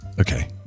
Okay